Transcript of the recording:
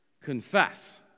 Confess